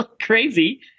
crazy